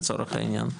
לצורך העניין,